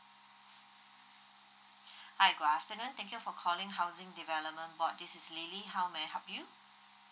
hi good afternoon thank you for calling housing development board this is lily how may I help you